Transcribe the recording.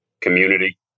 Community